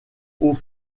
aux